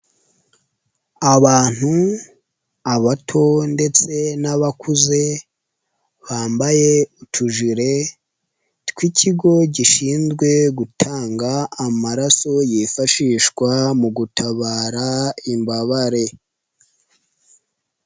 Abantu abato ndetse n'abakuze, bambaye utujire tw'ikigo gishinzwe gutanga amaraso yifashishwa mu gutabara imbabare.